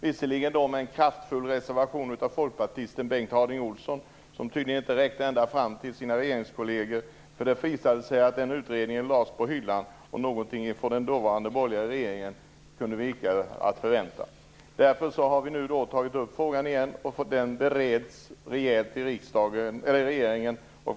Visserligen hade folkpartisten Bengt Harding Olson en kraftfull reservation, men han räckte tydligen inte ända fram till sina regeringskolleger. Utredningen lades nämligen på hyllan, och någonting ytterligare var icke att förvänta från den borgerliga regeringen. Därför har vi tagit upp frågan igen, och den bereds rejält i regeringen.